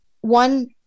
one